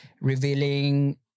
revealing